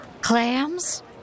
clams